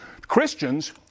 Christians